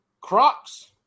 Crocs